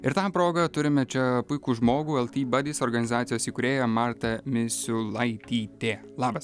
ir tam proga turime čia puikų žmogų el ti badis organizacijos įkūrėja marta misiulaitytė labas